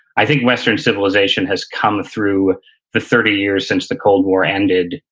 i think western civilization has come through the thirty years since the cold war ended,